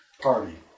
party